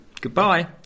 Goodbye